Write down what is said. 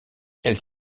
elles